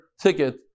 ticket